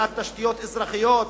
הריסת תשתיות אזרחיות,